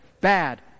bad